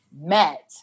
met